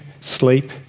sleep